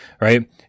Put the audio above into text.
right